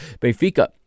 Benfica